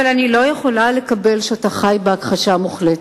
אבל אני לא יכולה לקבל את זה שאתה חי בהכחשה מוחלטת.